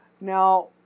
now